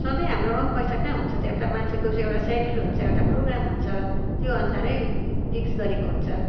सधैँ हाम्रोमा पनि पैसा कहाँ हुन्छ त एउटा मान्छेको एउटा सेड्युल हुन्छ एउटा प्रोग्राम हुन्छ त्यो अनुसारै फिक्स गरेको हुन्छ